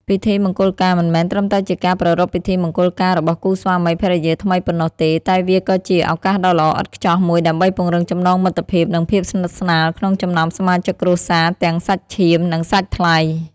ពិធីមង្គលការមិនមែនត្រឹមតែជាការប្រារព្ធពិធីមង្គលការរបស់គូស្វាមីភរិយាថ្មីប៉ុណ្ណោះទេ តែវាក៏ជា ឱកាសដ៏ល្អឥតខ្ចោះមួយដើម្បីពង្រឹងចំណងមិត្តភាព និងភាពស្និទ្ធស្នាលក្នុងចំណោមសមាជិកគ្រួសារ ទាំងសាច់ឈាម និងសាច់ថ្លៃ។